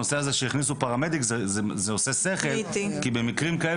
שהכניסו פרמדיק זה עושה שכל כי במקרים כאלה